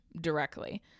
directly